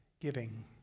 giving